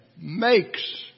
makes